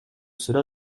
cela